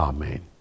Amen